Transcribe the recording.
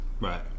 Right